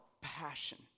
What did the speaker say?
passion